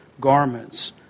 garments